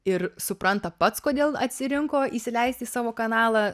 ir supranta pats kodėl atsirinko įsileisti į savo kanalą